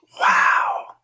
wow